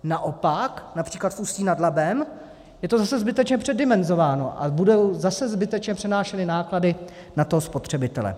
Naopak například v Ústí nad Labem je to zase zbytečně předimenzováno a budou zase zbytečně přenášeny náklady na toho spotřebitele.